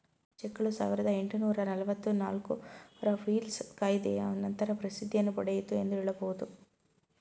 ಚೆಕ್ಗಳು ಸಾವಿರದ ಎಂಟುನೂರು ನಲವತ್ತು ನಾಲ್ಕು ರ ಪೀಲ್ಸ್ ಕಾಯಿದೆಯ ನಂತರ ಪ್ರಸಿದ್ಧಿಯನ್ನು ಪಡೆಯಿತು ಎಂದು ಹೇಳಬಹುದು